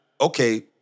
okay